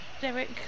Derek